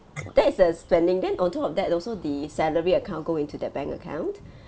that is the spending then on top of that also the salary account go into that bank account